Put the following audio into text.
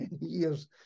years